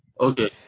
Okay